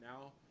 now